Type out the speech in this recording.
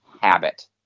habit